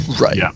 Right